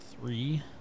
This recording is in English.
three